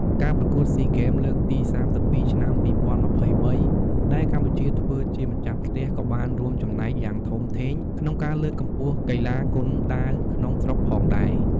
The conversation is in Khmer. ការប្រកួតស៊ីហ្គេម លើកទី៣២ ឆ្នាំ២០២៣ ដែលកម្ពុជាធ្វើជាម្ចាស់ផ្ទះ ក៏បានរួមចំណែកយ៉ាងធំធេងក្នុងការលើកកម្ពស់កីឡាគុនដាវក្នុងស្រុកផងដែរ។